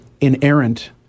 inerrant